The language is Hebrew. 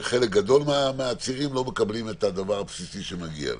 כשחלק גדול מהעצירים לא מקבלים את הדבר הבסיסי שמגיע להם.